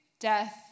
death